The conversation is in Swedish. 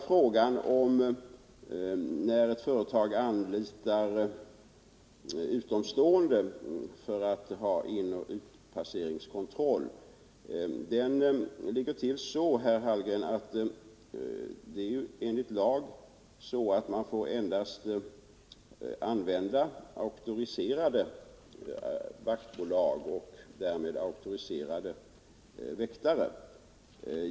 Beträffande frågan om företags anlitande av utomstående för inoch utpasseringskontroll ligger det till så, herr Hallgren, att man enligt lag endast får använda auktoriserat vaktbolag och därmed auktoriserade väktare.